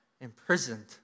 imprisoned